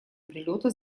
прилета